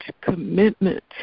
commitment